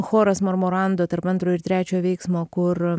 choras marmorando tarp antro ir trečio veiksmo kur